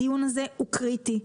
הדיון הזה הוא קריטי,